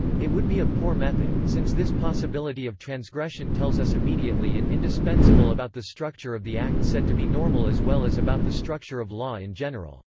it would be a poor method, since this possibility of transgression tells us immediately and indispensable about the structure of the act said to be normal as well as about the structure of law in general.